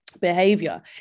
behavior